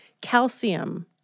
calcium